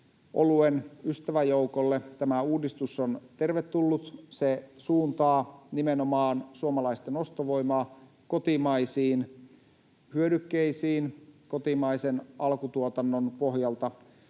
oluen ystäväjoukolle tämä uudistus on tervetullut. Se suuntaa suomalaisten ostovoimaa nimenomaan kotimaisiin hyödykkeisiin, kotimaisen alkutuotannon pohjalta